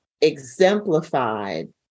exemplified